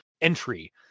entry